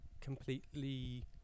completely